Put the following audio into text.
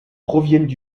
proviennent